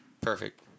perfect